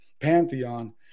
pantheon